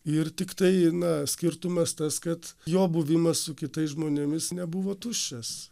ir tiktai na skirtumas tas kad jo buvimas su kitais žmonėmis nebuvo tuščias